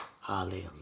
Hallelujah